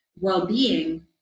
well-being